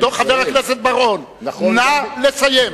חבר הכנסת בר-און, נא לסיים.